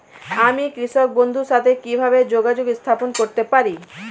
আমি কৃষক বন্ধুর সাথে কিভাবে যোগাযোগ স্থাপন করতে পারি?